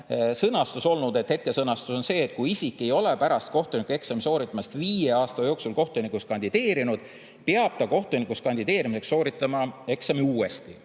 sõnastus olnud. Hetke sõnastus on see, et kui isik ei ole pärast kohtunikueksami sooritamist viie aasta jooksul kohtunikuks kandideerinud, peab ta kohtunikuks kandideerimiseks sooritama eksami uuesti.